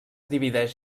divideix